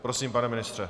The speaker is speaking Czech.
Prosím, pane ministře.